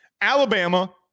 Alabama